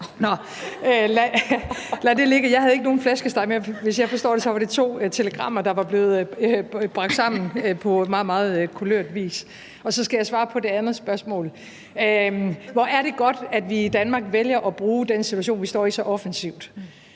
lad det ligge. Jeg havde ikke nogen flæskesteg med. Hvis jeg har forstået det, var det to telegrammer, der var blevet bragt sammen på meget, meget kulørt vis. Og så skal jeg svare på det andet spørgsmål. Hvor er det godt, at vi i Danmark vælger at bruge den situation, vi står i, så offensivt,